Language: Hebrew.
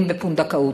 שמעוניינים בפונדקאות.